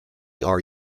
are